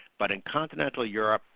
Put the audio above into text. but in continental europe,